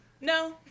No